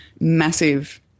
massive